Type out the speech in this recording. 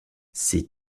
ces